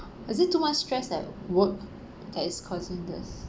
is it too much stress at work that is causing this